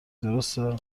درسته